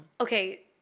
okay